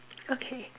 okay